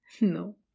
No